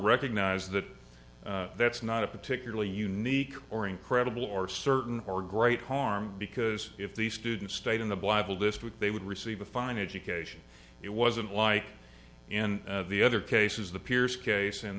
recognize that that's not a particularly unique or incredible or certain or great harm because if the students stayed in the bible this would they would receive a fine education it wasn't like in the other cases the pierce case